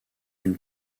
d’une